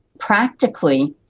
practically,